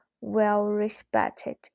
well-respected